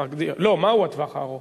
לא, מהו הטווח הארוך?